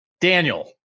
Daniel